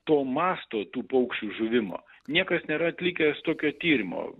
to masto tų paukščių žuvimo niekas nėra atlikęs tokio tyrimo